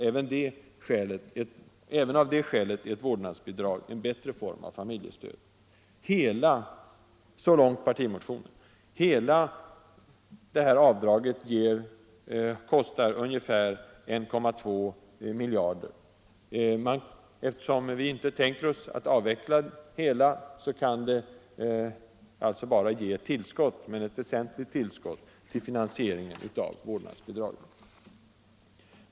Även av detta skäl är ett vårdnadsbidrag en bättre form av familjestöd.” Så långt partimotionen. Hela detta avdrag kostar ungefär 1,2 miljarder. Eftersom vi inte tänker oss att avveckla det helt, kan det alltså bara ge ett tillskott, men ett väsentligt tillskott till finansieringen av vårdnadsbidragen.